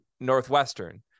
Northwestern